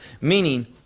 Meaning